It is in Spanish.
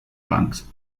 banks